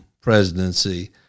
presidency